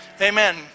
Amen